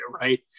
right